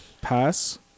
Pass